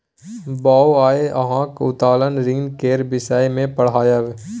बौआ आय अहाँक उत्तोलन ऋण केर विषय मे पढ़ायब